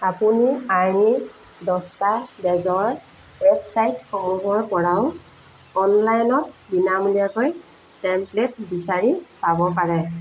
আপুনি আইনী দস্তাবেজৰ ৱেবছাইটসমূহৰপৰাও অনলাইনত বিনামূলীয়াকৈ টেমপ্লেট বিচাৰি পাব পাৰে